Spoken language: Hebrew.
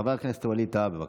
חבר הכנסת ווליד טאהא, בבקשה.